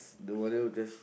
the mother just